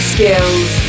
Skills